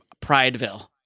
Prideville